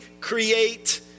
create